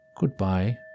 Goodbye